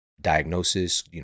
diagnosis